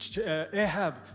Ahab